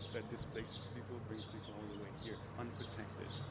that displaces people, brings people all the way here unprotected,